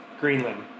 Greenland